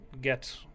get